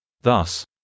Thus